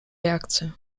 реакцию